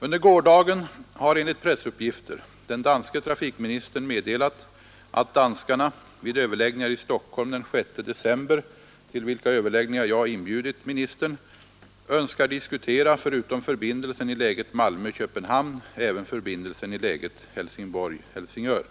Under gårdagen har enligt pressuppgifter den danske trafikministern meddelat, att danskarna vid överläggningar i Stockholm den 6 december — till vilka överläggningar jag inbjudit ministern — önskar diskutera, förutom förbindelsen i läget Malmö—Köpenhamn, även förbindelsen i läget Helsingborg— Helsingör.